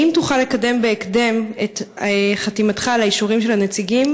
האם תוכל לקדם בהקדם את חתימתך על האישורים של הנציגים,